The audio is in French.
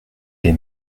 des